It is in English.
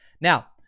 Now